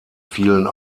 fielen